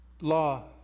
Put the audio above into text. law